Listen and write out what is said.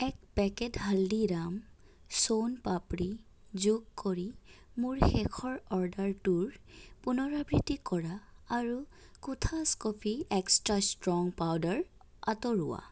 এক পেকেট হালদিৰাম চোন পাপড়ি যোগ কৰি মোৰ শেষৰ অৰ্ডাৰটোৰ পুনৰাবৃত্তি কৰা আৰু কোঠাছ কফি এক্সট্ৰা ষ্ট্ৰং পাউদাৰ আঁতৰোৱা